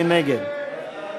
מי נגד?